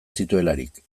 zituelarik